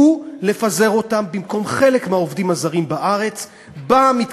היא לפזר אותם במקום חלק מהעובדים הזרים בארץ במתקנים.